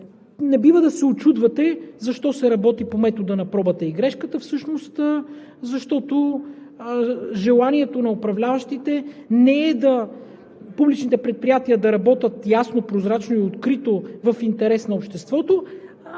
не бива да се учудвате защо се работи по метода на пробата и грешката. Всъщност, защото желанието на управляващите не е публичните предприятия да работят ясно, прозрачно и открито в интерес на обществото,